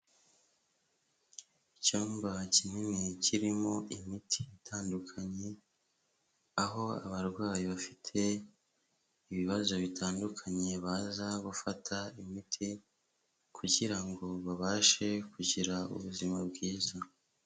Icyumba kinini kirimo imiti itandukanye, aho abarwayi bafite ibibazo bitandukanye baza gufata imiti kugira ngo babashe kugira ubuzima bwiza.